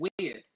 weird